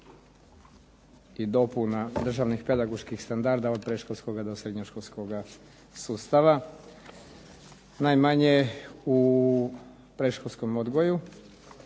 i dopuna državnih pedagoških standarda od predškolskoga do srednjoškolskoga sustava. Najmanje je u predškolskom odgoju.